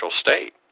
state